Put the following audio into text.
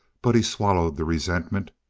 but he swallowed the resentment.